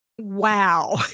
Wow